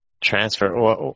Transfer